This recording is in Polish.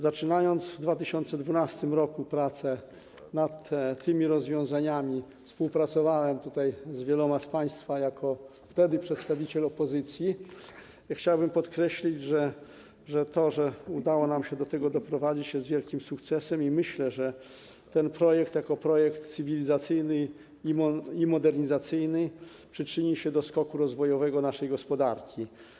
Zaczynając w 2012 r. prace nad tymi rozwiązaniami, współpracowałem z wieloma z państwa, wtedy jako przedstawiciel opozycji, i chciałbym podkreślić, że to, że udało nam się do tego doprowadzić, jest wielkim sukcesem, i myślę, że ten projekt jako projekt cywilizacyjny i modernizacyjny przyczyni się do skoku rozwojowego naszej gospodarki.